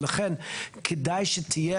ולכן כדאי שתהיה,